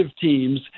teams